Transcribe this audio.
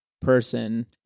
person